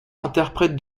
interprète